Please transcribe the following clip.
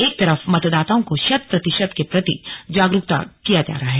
एक तरफ मतदाताओं को शत प्रतिशत के प्रति जागरूक किया जा रहा है